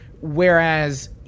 Whereas